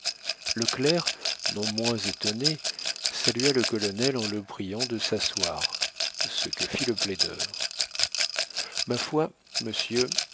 le clerc non moins étonné salua le colonel en le priant de s'asseoir ce que fit le plaideur ma foi monsieur